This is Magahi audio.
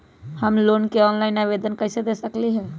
हम लोन के ऑनलाइन आवेदन कईसे दे सकलई ह?